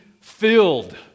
filled